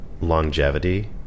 longevity